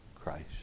Christ